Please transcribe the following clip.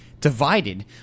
divided